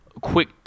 quick